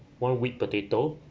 one whipped potato